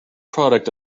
product